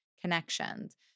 connections